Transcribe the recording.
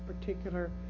particular